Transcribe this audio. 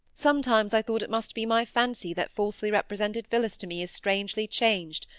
sometimes i thought it must be my fancy that falsely represented phillis to me as strangely changed,